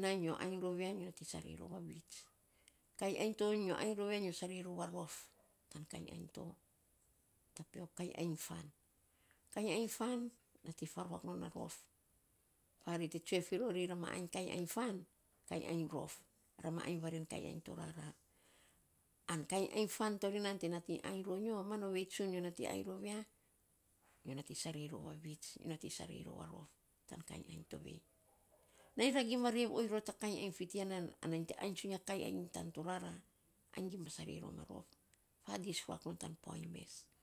nainy rou nyo ainy rou ya nyo nating sarei ro a vits. Kainy ainy to nyo ainy ro ya, nyo sarei rou a rof tan kainy ainy to. Tapiok kainy ainy fan. Kainy iny fan nating faruak rof. Farei te tsue fi rori, ra ma ainy kainyiny fan kainy ainy rof ra ma ainy vare kainy ainy torara. An kainy ainy fan to ri nan te nating biny ronyo man ovei tsun nyo nating ainy rou ya nyo nating sare roua vits nyo nating sarei rou a rof tan kainy ainy tovei. Namy ra gima rev oiny ta kainy iny fi tiya nan ana nyi te ainy tsun ro ma nyin kainy ainy tan tovara. Ainy gima sarei rom a rof fadis ruak non tan puainy mess.